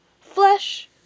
flesh